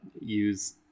use